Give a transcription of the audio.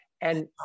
And-